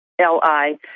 L-I